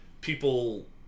people